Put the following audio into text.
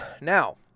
now